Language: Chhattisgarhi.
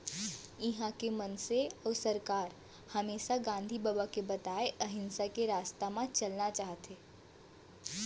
इहॉं के मनसे अउ सरकार हमेसा गांधी बबा के बताए अहिंसा के रस्ता म चलना चाहथें